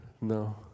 No